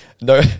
no